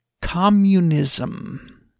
communism